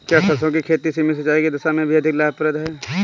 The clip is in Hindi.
क्या सरसों की खेती सीमित सिंचाई की दशा में भी अधिक लाभदायक फसल है?